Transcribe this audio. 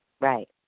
Right